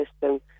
system